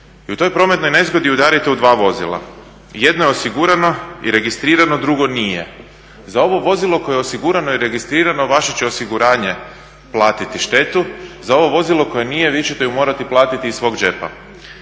I u toj prometnoj nezgodi udarite u dva vozila. Jedno je osigurano i registrirano, drugo nije. Za ovo vozilo koje je osigurano i registrirano vaše će osiguranje platiti štetu, za ovo vozilo koje nije vi ćete je morati platiti iz svog džepa.